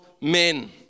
men